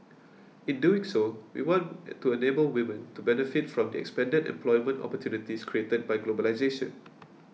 in doing so we want to enable women to benefit from the expanded employment opportunities created by globalisation